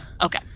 Okay